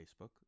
Facebook